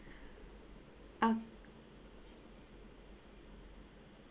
ok~